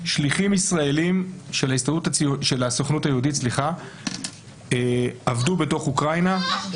שליחים ישראלים של הסוכנות היהודית עבדו באוקראינה.